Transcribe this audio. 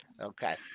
Okay